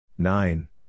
Nine